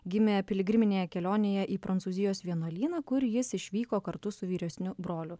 gimė piligriminėje kelionėje į prancūzijos vienuolyną kur jis išvyko kartu su vyresniu broliu